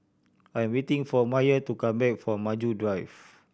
I'm waiting for Myer to come back from Maju Drive